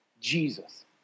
Jesus